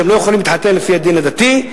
שהם לא יכולים להתחתן לפי הדין הדתי,